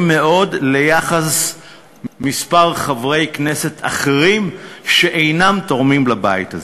מאוד יחסית לכמה חברי כנסת אחרים שאינם תורמים לבית הזה.